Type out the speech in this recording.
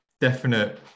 definite